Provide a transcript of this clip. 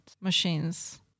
machines